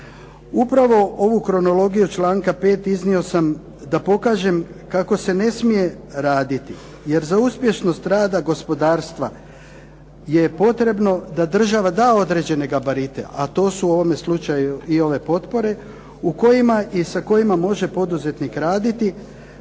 Upravo ovu kronologiju članka 5. iznio sam da pokažem kako se ne smije raditi jer za uspješnost rada gospodarstva je potrebno da država da određene gabarite, a to su u ovome slučaju i ove potpore u kojima i sa kojima može poduzetnik raditi,